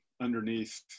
underneath